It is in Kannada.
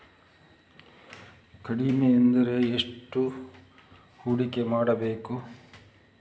ಕಡಿಮೆ ಎಂದರೆ ಎಷ್ಟು ಹೂಡಿಕೆ ಮಾಡಬೇಕು?